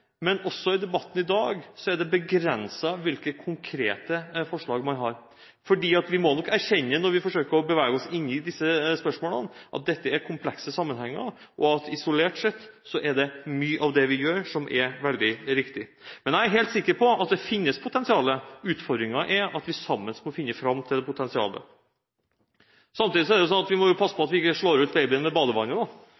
men også i debatten i dag er det begrenset hvilke konkrete forslag man har, for vi må nok erkjenne, når vi forsøker å bevege oss inn i disse spørsmålene, at dette er komplekse sammenhenger, og at isolert sett er det mye av det vi gjør, som er veldig riktig. Men jeg er helt sikker på at det finnes potensial. Utfordringen er at vi sammen kan finne fram til det potensialet. Samtidig er det sånn at vi må passe på